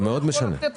זה מאוד משנה.